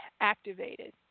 activated